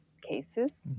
cases